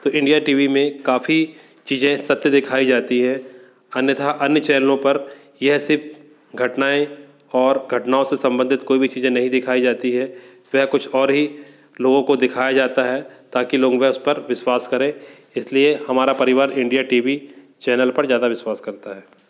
तो India T V में काफ़ी चीज़ें सत्य दिखाई जाती हैं अन्यथा अन्य चैनलों पर यह सिर्फ घटनाएँ और घटनाओं से सम्बंधित कोई भी चीज़ें नहीं दिखाई जाती है वह कुछ और ही लोगों को दिखाया जाता है ताकि लोगों का उस पर विस्वास करें इसलिए हमारा परिवार इंडिया टी वी चैनल पर ज़्यादा विश्वास करता है